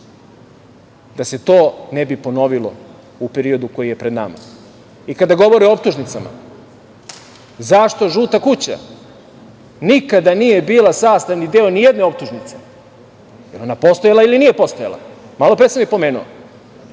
da se to ne bi ponovilo u periodu koji je pred nama. Kada govore o optužnicama, zašto „žuta kuća“ nikada nije bila sastavni deo ni jedne optužnice? Jel ona postojala ili nije postojala? Malopre sam je pomenuo.